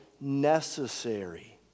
necessary